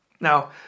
now